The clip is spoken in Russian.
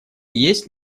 есть